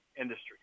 industry